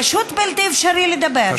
כן, פשוט בלתי אפשרי לדבר.